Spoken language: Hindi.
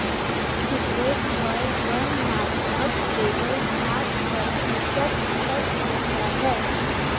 सिगरेट पर वर्णनात्मक लेबल साठ प्रतिशत तक होता है